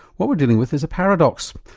what we're dealing with is a paradox.